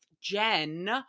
Jen